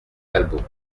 talbot